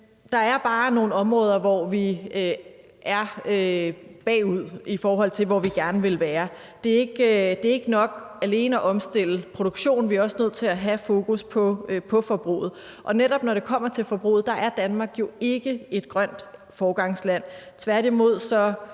der er bare nogle områder, hvor vi er bagud, i forhold til hvor vi gerne ville være. Det er ikke nok alene at omstille produktion, vi er også nødt til at have fokus på forbruget, og netop når det kommer til forbruget, er Danmark jo ikke et grønt foregangsland.